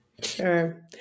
Sure